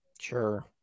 Sure